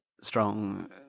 strong